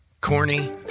Corny